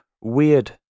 weird